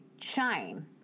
shine